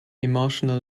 emotional